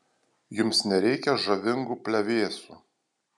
jums nereikia žavingų plevėsų